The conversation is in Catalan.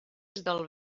del